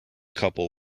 couple